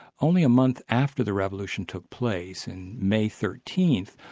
only a month after the revolution took place in may thirteenth,